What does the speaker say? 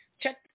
check